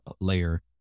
layer